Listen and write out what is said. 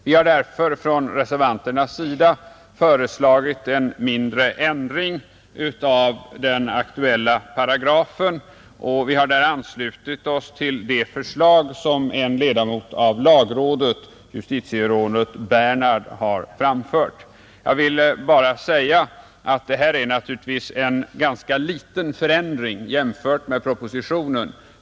Vi har därför från reservanternas sida föreslagit en mindre ändring av den aktuella paragrafen, och vi har där anslutit oss till det förslag som en ledamot av lagrådet, justitierådet Bernhard, har framfört. Jag vill säga att det här är naturligtvis en ganska liten förändring jämfört med propositionen.